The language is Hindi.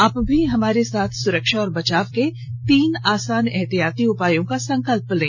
आप भी हमारे साथ सुरक्षा और बचाव के तीन आसान एहतियाती उपायों का संकल्प लें